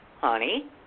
Honey